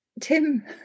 Tim